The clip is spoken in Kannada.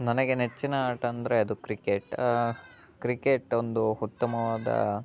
ನನಗೆ ನೆಚ್ಚಿನ ಆಟ ಅಂದರೆ ಅದು ಕ್ರಿಕೆಟ್ ಕ್ರಿಕೆಟ್ ಒಂದು ಉತ್ತಮವಾದ